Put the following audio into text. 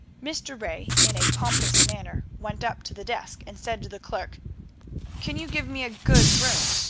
mr. ray, in a pompous manner, went up to the desk and said to the clerk can you give me a good room?